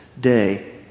day